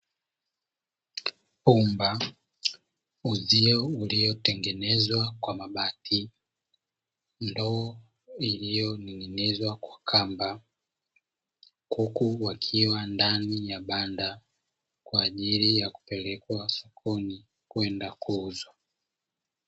Pumba, uzio uliotengenezwa kwa mabati, ndoo iliyoning'inizwa kwa kamba, kuku wakiwa ndani ya banda kwa ajili ya kupelekwa sokoni kwenda kuuzwa.